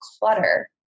clutter